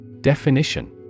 Definition